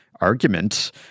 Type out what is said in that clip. argument